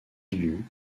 élu